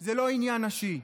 זה לא עניין נשי.